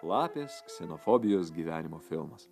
lapės ksenofobijos gyvenimo filmas